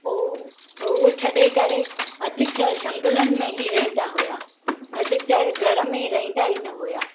पोइ उहो छॾे करे अधिकतर झंगलनि में ई रहींदा हुआ अधिकतर घर में रहींदा ई न हुआ